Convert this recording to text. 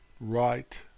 right